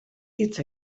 hitz